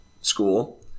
school